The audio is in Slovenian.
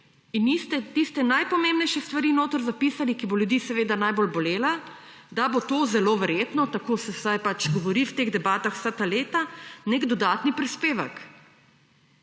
in niste tiste najpomembnejše stvari noter zapisali, ki bo ljudi seveda najbolj bolela, da bo to zelo verjetno, tako se vsaj govori v teh debatah vsa ta leta, nek dodatni prispevek.